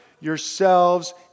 yourselves